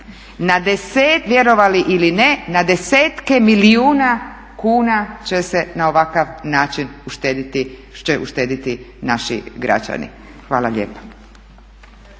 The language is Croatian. stranica. Vjerovali ili ne na desetke milijuna kuna će se na ovakav način uštedjeti naši građani. Hvala lijepa.